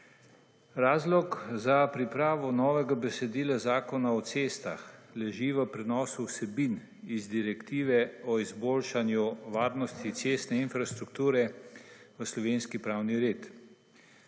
Razlog za pripravo novega besedila Zakona o cestah leži v prenosu vsebin iz Direktive o izboljšanju varnosti cestne infrastrukture v slovenski pravni red.